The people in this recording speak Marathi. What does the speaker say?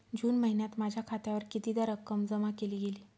जून महिन्यात माझ्या खात्यावर कितीदा रक्कम जमा केली गेली?